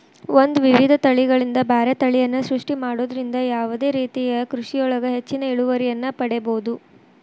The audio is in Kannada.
ಒಂದ್ ವಿಧದ ತಳಿಗಳಿಂದ ಬ್ಯಾರೆ ತಳಿಯನ್ನ ಸೃಷ್ಟಿ ಮಾಡೋದ್ರಿಂದ ಯಾವದೇ ರೇತಿಯ ಕೃಷಿಯೊಳಗ ಹೆಚ್ಚಿನ ಇಳುವರಿಯನ್ನ ಪಡೇಬೋದು